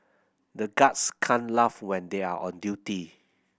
the guards can't laugh when they are on duty